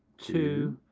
two,